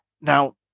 Now